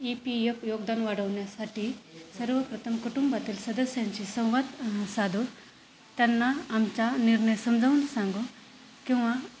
E P F योगदान वाढवण्यासाठी सर्वप्रथम कुटुंबातील सदस्यांशी संवाद साधू त्यांना आमचा निर्णय समजावून सांगू किंवा